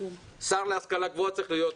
השר להשכלה גבוהה צריך להיות פה.